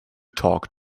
talk